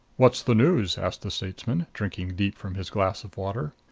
what's the news? asked the statesman, drinking deep from his glass of water.